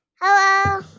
hello